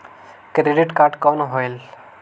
Credit card कौन होएल?